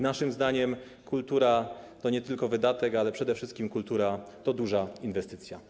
Naszym zdaniem kultura to nie tylko wydatek, ale przede wszystkim kultura to duża inwestycja.